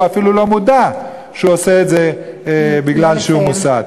והוא אפילו לא מודע שהוא עושה את זה בגלל שהוא מוסת.